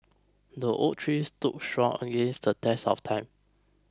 the oak tree stood strong against the test of time